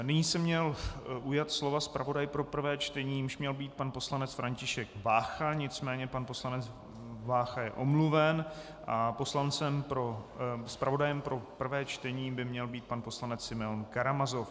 Nyní se měl ujmout slova zpravodaj pro prvé čtení, jímž měl být pan poslanec František Vácha, nicméně pan poslanec Vácha je omluven a zpravodajem pro prvé čtení by měl být pan poslanec Simeon Karamazov.